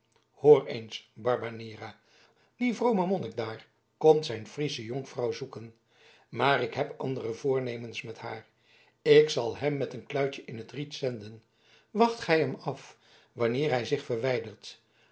hoor eens barbanera die vrome monnik daar komt zijn friesche jonkvrouw zoeken maar ik heb andere voornemens met haar ik zal hem met een kluitje in t riet zenden wacht gij hem af wanneer hij zich verwijdert